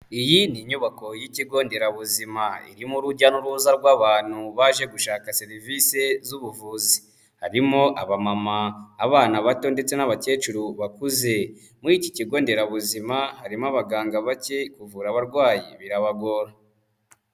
Iyi ni inyubako y'ikigo nderabuzima, irimo urujya n'uruza rw'abantu, baje gushaka serivise z'ubuvuzi. Harimo abamama, abana bato ndetse n'abakecuru bakuze. Muri iki kigo nderabuzima, harimo abaganga bake, kuvura abarwayi birabagora.